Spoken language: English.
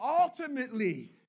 ultimately